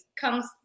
comes